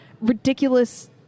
ridiculous